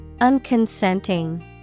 Unconsenting